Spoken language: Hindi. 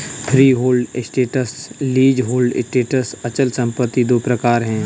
फ्रीहोल्ड एसेट्स, लीजहोल्ड एसेट्स अचल संपत्ति दो प्रकार है